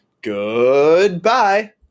Goodbye